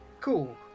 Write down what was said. Cool